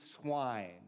swine